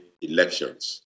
elections